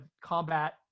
combat